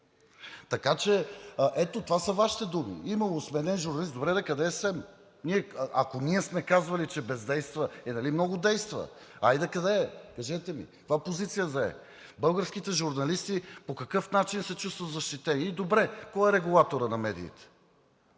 беше СЕМ? Ето, това са Вашите думи. Имало сменен журналист – добре де, къде е СЕМ? Ако ние сме казвали, че бездейства – нали много действа? Хайде кажете ми къде е, каква позиция зае? Българските журналисти по какъв начин се чувстват защитени? Добре, кой е регулаторът на медиите?